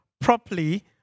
properly